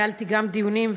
גם ניהלתי דיונים,